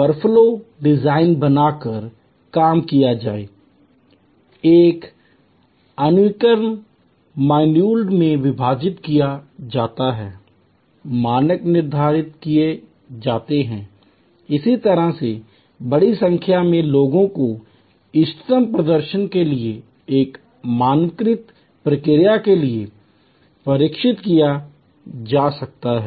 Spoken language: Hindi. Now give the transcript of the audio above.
वर्कफ़्लो डिज़ाइन बनाकर काम किया जाए एक अनुकरणीय मॉड्यूल में विभाजित किया जाता है मानक निर्धारित किए जाते हैं इस तरह से बड़ी संख्या में लोगों को इष्टतम प्रदर्शन के लिए एक मानकीकृत प्रक्रिया के लिए प्रशिक्षित किया जा सकता है